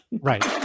right